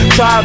Try